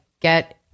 get